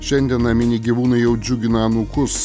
šiandien naminiai gyvūnai jau džiugina anūkus